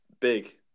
big